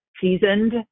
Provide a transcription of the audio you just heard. seasoned